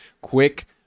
quick